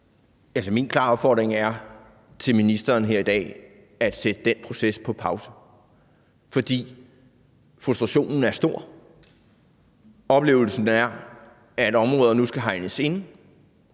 Min klare opfordring til ministeren her i dag er at sætte den proces på pause, fordi frustrationen er stor. Oplevelsen er, at områder nu skal hegnes ind.